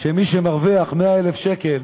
שמי שמרוויח 100,000 שקלים